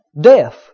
death